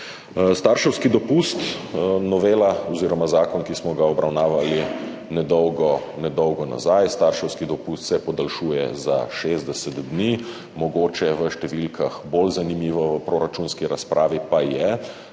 Starševski dopust, novela oziroma zakon, ki smo ga obravnavali nedolgo nazaj. Starševski dopust se podaljšuje za 60 dni. Mogoče v številkah bolj zanimivo, v proračunski razpravi pa je,